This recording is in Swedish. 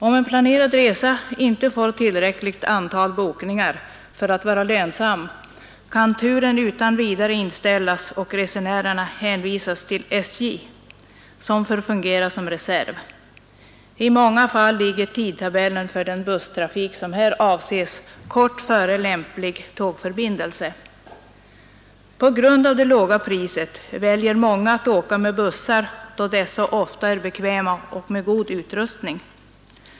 Om en planerad resa inte får tillräckligt antal bokningar för att vara lönsam kan turen utan vidare inställas. Resenärerna hänvisas till SJ, som får fungera som reserv. I många fall ligger avgångstiderna för den busstrafik som här avses kort före lämplig tågförbindelse. På grund av det låga priset väljer många att åka med bussar då dessa ofta är bekväma och har god utrustning.